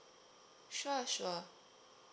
sure sure